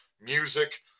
music